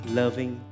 loving